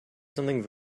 something